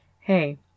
Hey